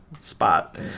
spot